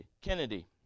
Kennedy